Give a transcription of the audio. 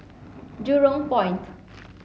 Jurong Point